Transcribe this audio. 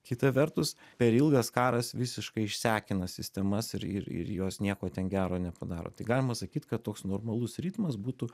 kita vertus per ilgas karas visiškai išsekina sistemas ir ir jos nieko ten gero nepadaro tai galima sakyt kad toks normalus ritmas būtų